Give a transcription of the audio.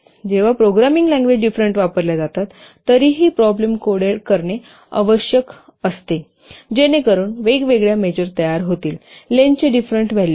जेव्हा programming language different वापरल्या जातात तरीही प्रॉब्लेम कोडेड करणे आवश्यक असते जेणेकरून वेगवेगळ्या मेजर तयार होतील लेन्थचे डिफरेंट व्हॅल्यू